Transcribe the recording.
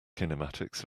kinematics